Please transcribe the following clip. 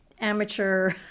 amateur